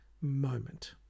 moment